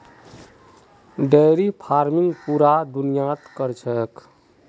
dairy farming पूरा दुनियात क र छेक